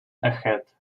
ahead